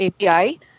API